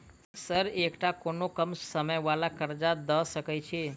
Sir एकटा कोनो कम समय वला कर्जा दऽ सकै छी?